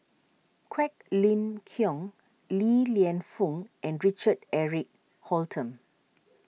Quek Ling Kiong Li Lienfung and Richard Eric Holttum